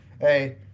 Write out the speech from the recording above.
Hey